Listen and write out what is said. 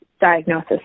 diagnosis